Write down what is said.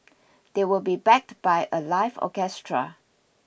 they will be backed by a live orchestra